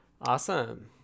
Awesome